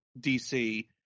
DC